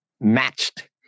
matched